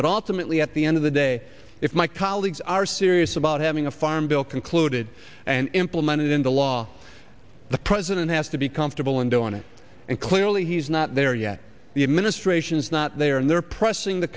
ultimately at the end of the day if my colleagues are serious about having a farm bill concluded and implemented into law the president has to be comfortable in doing it and clearly he's not there yet the administration is not there and they're pressing the